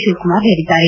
ಶಿವಕುಮಾರ್ ಹೇಳಿದ್ದಾರೆ